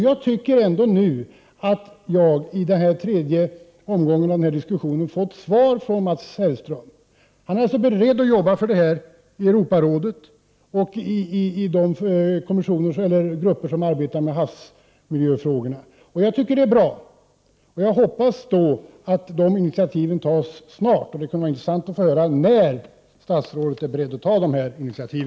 Jag tycker att jag i denna tredje omgång i debatten har fått svar från Mats Hellström. Han är beredd att arbeta för detta i Europarådet och i de grupper som arbetar med havsmiljöfrågorna. Jag tycker att det är bra, och jag hoppas att dessa initiativ tas snart. Det vore intressant att få höra när statsrådet är beredd att ta dessa initiativ.